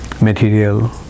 material